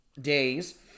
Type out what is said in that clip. days